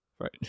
right